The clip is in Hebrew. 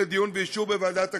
לדיון ואישור בוועדת הכספים,